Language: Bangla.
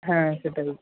হ্যাঁ সেটাই